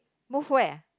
move where